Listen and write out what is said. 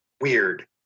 weird